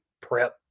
prep